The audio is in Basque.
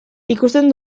ikusten